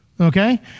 okay